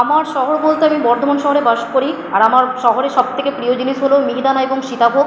আমার শহর বলতে আমি বর্ধমান শহরে বাস করি আর আমার শহরের সব থেকে প্রিয় জিনিস হলো মিহিদানা এবং সীতাভোগ